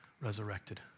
resurrected